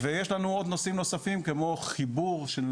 יש לנו עוד נושאים נוספים, כמו חיבור של